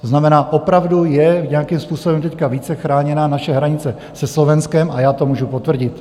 To znamená, opravdu je nějakým způsobem teď více chráněná naše hranice se Slovenskem, a já to můžu potvrdit.